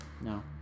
No